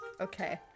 Okay